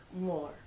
more